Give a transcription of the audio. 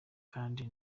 kandi